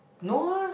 no ah